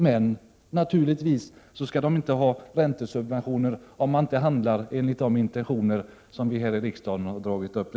Men de skall naturligtvis inte ha räntesubventioner, om de inte handlar i enlighet med intentionerna i de riktlinjer som vi här i riksdagen har dragit upp.